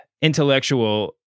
intellectual